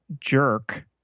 jerk